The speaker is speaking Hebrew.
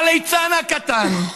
הליצן הקטן,